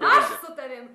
aš su tavim